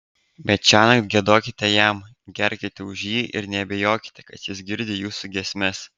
bet šiąnakt giedokite jam gerkite už jį ir neabejokite kad jis girdi jūsų giesmes